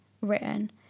written